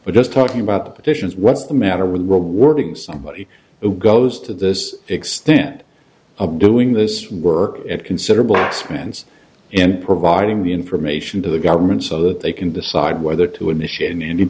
does talking about the petitions what's the matter with the wording somebody who goes to this extent of doing this work at considerable expense in providing the information to the government so that they can decide whether to initiate any